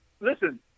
listen